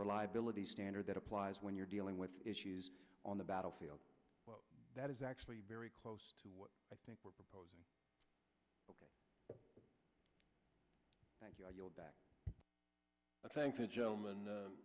reliability standard that applies when you're dealing with issues on the battlefield that is actually very close to what i think we're proposing ok thank you i thank the gentleman